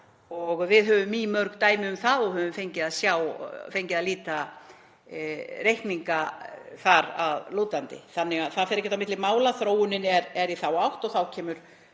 Við höfum mýmörg dæmi um það og við höfum fengið að líta reikninga þar að lútandi þannig að það fer ekkert á milli mála að þróunin er í þá átt. Þá kemur